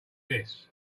this